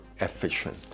efficient